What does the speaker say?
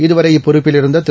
இதுவரை இப்பொறுப்பில் இருந்த திரு